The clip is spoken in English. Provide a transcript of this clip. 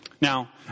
Now